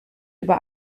über